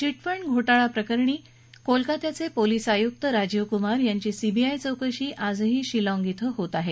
chit fund घोटाळा प्रकरणी कोलकात्याचे पोलीस आयुक्त राजीव कुमार यांची सीबीआय चौकशी आजही शिलाँग इथं होत आहे